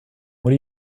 what